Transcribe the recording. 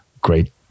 great